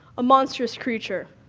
a monstrous creature.